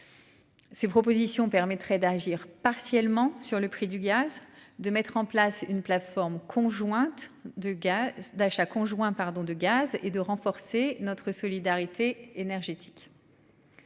Ces propositions permettraient d'agir partiellement sur le prix du gaz, de mettre en place une plateforme conjointe de gars d'achat conjoint pardon de gaz et de renforcer notre solidarité énergétique.--